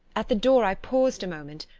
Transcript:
at the door i paused a moment,